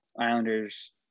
Islanders